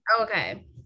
Okay